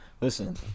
Listen